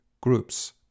groups